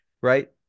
right